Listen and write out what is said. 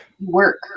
work